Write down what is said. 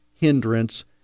hindrance